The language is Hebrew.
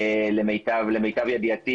למיטב ידיעתי